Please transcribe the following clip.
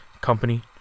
company